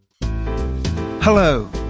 Hello